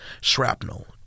shrapnel